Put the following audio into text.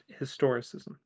historicism